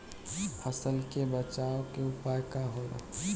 फसल के बचाव के उपाय का होला?